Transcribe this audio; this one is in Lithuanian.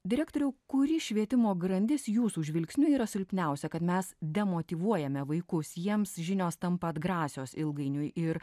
direktoriau kurį švietimo grandis jūsų žvilgsniu yra silpniausia kad mes demotyvuojame vaikus jiems žinios tampa atgrasios ilgainiui ir